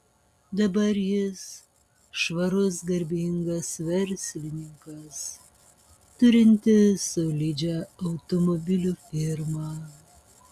dabar jis švarus garbingas verslininkas turintis solidžią automobilių firmą